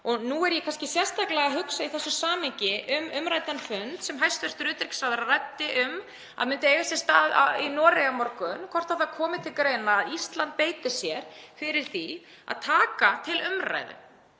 Nú er ég kannski sérstaklega að hugsa í þessu samhengi um fundinn sem hæstv. utanríkisráðherra ræddi að myndi eiga sér stað í Noregi á morgun, hvort það komi til greina að Ísland beiti sér fyrir því að taka til umræðna